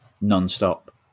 non-stop